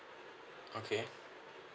okay